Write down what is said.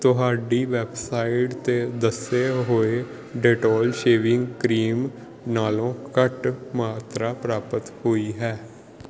ਤੁਹਾਡੀ ਵੈੱਬਸਾਈਟ 'ਤੇ ਦੱਸੇ ਗਏ ਡੈਟੋਲ ਸ਼ੇਵਿੰਗ ਕਰੀਮ ਨਾਲੋਂ ਘੱਟ ਮਾਤਰਾ ਪ੍ਰਾਪਤ ਹੋਈ ਹੈ